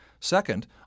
Second